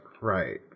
right